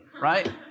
right